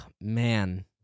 man